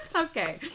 Okay